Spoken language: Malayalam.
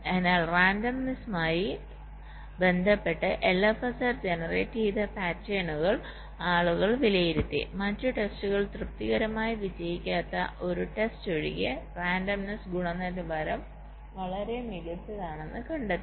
അതിനാൽ റാൻഡമ്നെസ്സ്മായി ബന്ധപ്പെട്ട് LFSR ജനറേറ്റ് ചെയ്ത പാറ്റേണുകൾ ആളുകൾ വിലയിരുത്തി മറ്റ് ടെസ്റ്റുകൾ തൃപ്തികരമായി വിജയിക്കാത്ത ഒരു ടെസ്റ്റ് ഒഴികെ റാൻഡമ്നെസ്സ് ഗുണനിലവാരം വളരെ മികച്ചതാണെന്ന് കണ്ടെത്തി